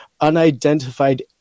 unidentified